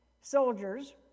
soldiers